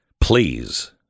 Please